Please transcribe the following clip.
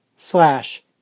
slash